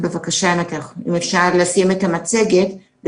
ביקשתי שתביאו נתונים כבר שבועיים לפני הסגר